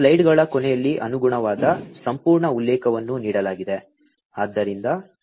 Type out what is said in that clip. ಸ್ಲೈಡ್ಗಳ ಕೊನೆಯಲ್ಲಿ ಅನುಗುಣವಾದ ಸಂಪೂರ್ಣ ಉಲ್ಲೇಖವನ್ನು ನೀಡಲಾಗಿದೆ